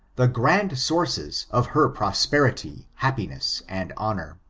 the grand sources of her prosperity, happiness, and honor.